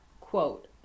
Quote